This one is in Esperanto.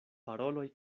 paroloj